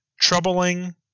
troubling